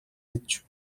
hecho